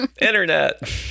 Internet